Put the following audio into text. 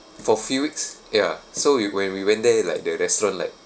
for few weeks ya so we when we went there like the restaurant like